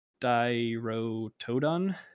dirotodon